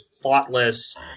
thoughtless